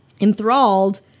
Enthralled